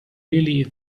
really